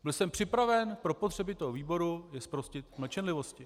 Byl jsem připraven pro potřeby toho výboru je zprostit mlčenlivosti.